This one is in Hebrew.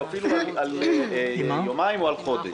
או אפילו של יומיים או של חודש,